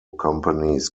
companies